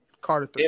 Carter